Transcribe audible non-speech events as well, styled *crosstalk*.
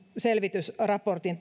selvitysraportin *unintelligible*